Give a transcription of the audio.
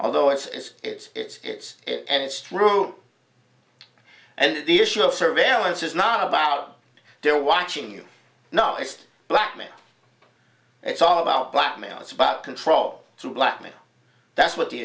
although it's is it's it's it's and it's true and the issue of surveillance is not about there watching you not just blackmail it's all about blackmail it's about control to blackmail that's what the